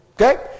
Okay